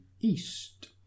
east